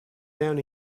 down